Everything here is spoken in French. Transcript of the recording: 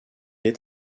est